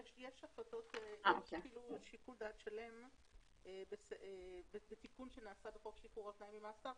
יש שיקול דעת שלם בתיקון שנעשה בחוק שחרור על תנאי ממאסר,